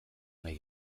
nahi